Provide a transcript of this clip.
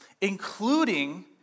including